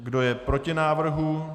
Kdo je proti návrhu?